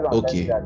okay